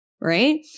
Right